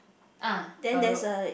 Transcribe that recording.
ah a road